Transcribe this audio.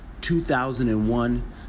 2001